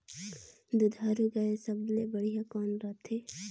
दुधारू गाय सबले बढ़िया कौन रथे?